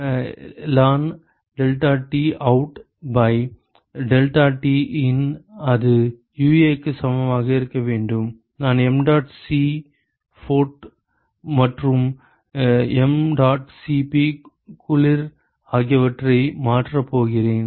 எனவே ln delta T out by delta T in அது UA க்கு சமமாக இருக்க வேண்டும் நான் mdot Cphot மற்றும் mdot Cp குளிர் ஆகியவற்றை மாற்றப் போகிறேன்